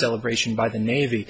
celebration by the navy